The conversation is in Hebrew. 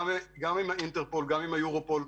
האינטרפול והיורופול,